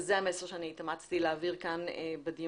וזה המסר שהתאמצתי להעביר בדיונים